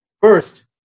first